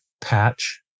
patch